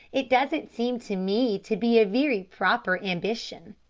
it doesn't seem to me to be a very proper ambition.